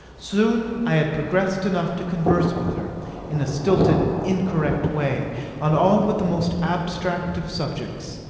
soon i had progressed enough to converse with her in a stilted, incorrect way on all but the most abstract of subjects.